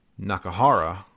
Nakahara